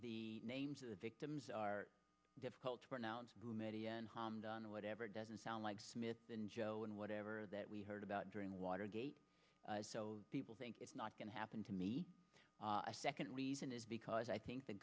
the names of the victims are difficult to pronounce to marry and harm done whatever doesn't sound like smith than joe and whatever that we heard about during watergate so people think it's not going to happen to me a second reason is because i think the